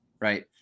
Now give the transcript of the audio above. right